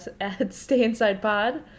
stayinsidepod